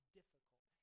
difficult